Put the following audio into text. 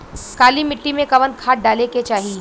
काली मिट्टी में कवन खाद डाले के चाही?